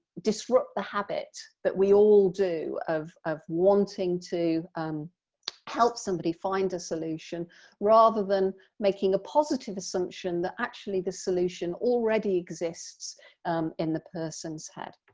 disrupt the habit that we all do of of wanting to um help somebody find a solution rather than making a positive assumption that actually the solution already exists in the person's head.